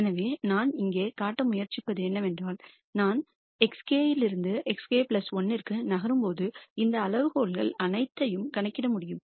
எனவே நான் இங்கே காட்ட முயற்சிப்பது என்னவென்றால் நான் xk இலிருந்து xk 1 க்கு நகரும் போது இந்த அளவுகள் அனைத்தையும் கணக்கிட முடியும்